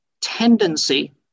tendency